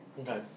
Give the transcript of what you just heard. Okay